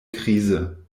krise